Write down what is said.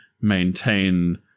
maintain